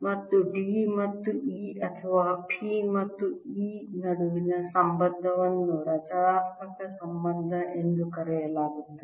ಮತ್ತು D ಮತ್ತು E ಅಥವಾ P ಮತ್ತು E ನಡುವಿನ ಸಂಬಂಧವನ್ನು ರಚನಾತ್ಮಕ ಸಂಬಂಧ ಎಂದು ಕರೆಯಲಾಗುತ್ತದೆ